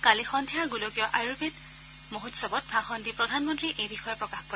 কালি সদ্ধিয়া গোলকীয় আয়ুৰ্বেদ মহোৎসৱত ভাষণ দি প্ৰধানমন্তীয়ে এই বিষয়ে প্ৰকাশ কৰে